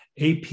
AP